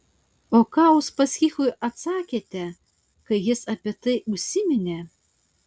o ką uspaskichui atsakėte kai jis apie tai užsiminė